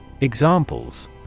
Examples